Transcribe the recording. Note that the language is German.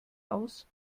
aus